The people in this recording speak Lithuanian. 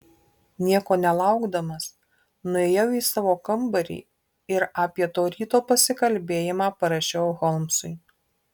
nieko nelaukdamas nuėjau į savo kambarį ir apie to ryto pasikalbėjimą parašiau holmsui